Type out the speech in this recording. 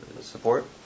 support